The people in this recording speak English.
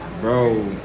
bro